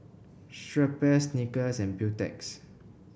Schweppes Snickers and Beautex